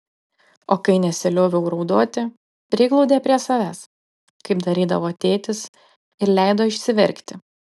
o kai nesilioviau raudoti priglaudė prie savęs kaip darydavo tėtis ir leido išsiverkti